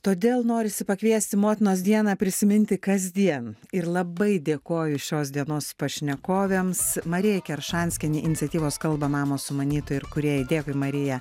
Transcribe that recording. todėl norisi pakviesti motinos dieną prisiminti kasdien ir labai dėkoju šios dienos pašnekovėms marija keršanskienei iniciatyvos kalba mamos sumanytojai ir kūrėjai dėkui marija